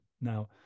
Now